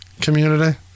community